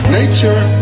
nature